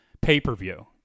Pay-per-view